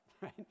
right